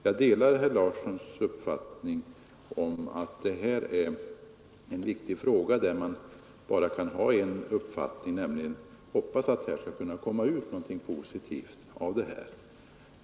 Jag delar herr Larssons uppfattning om att detta är en viktig fråga. Jag hoppas att det av utredningen skall komma fram någonting positivt.